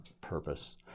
purpose